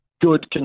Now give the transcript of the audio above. good